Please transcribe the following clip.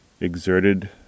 exerted